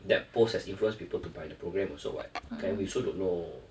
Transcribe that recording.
that post has influenced people to buy the programme also [what] okay we also don't know